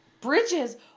Bridges